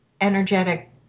energetic